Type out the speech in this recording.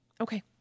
okay